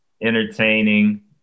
entertaining